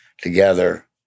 together